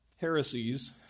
heresies